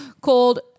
called